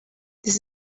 this